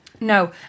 No